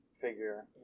figure